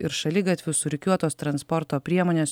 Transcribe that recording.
ir šaligatvių surikiuotos transporto priemonės